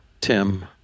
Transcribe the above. Tim